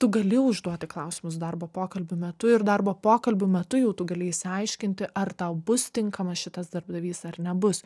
tu gali užduoti klausimus darbo pokalbių metu ir darbo pokalbių metu jau tu gali išsiaiškinti ar tau bus tinkamas šitas darbdavys ar nebus